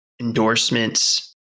endorsements